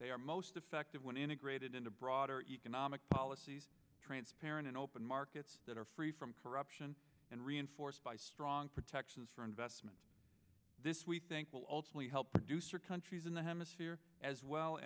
they are most effective when integrated into broader economic policies transparent and open markets that are free from corruption and reinforced by strong protections for investment this we think will ultimately help reduce are countries in the hemisphere as well